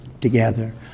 together